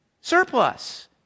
surplus